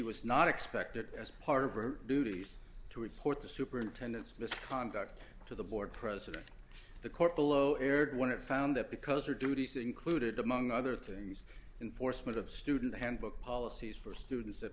was not expected as part of her duties to report the superintendent's misconduct to the board president the court below erred when it found that because her duties included among other things enforcement of student handbook policies for students at